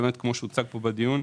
כפי שהוצג בדיון,